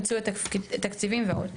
מיצוי תקציבים ועוד.